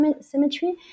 symmetry